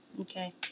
Okay